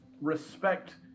respect